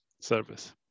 service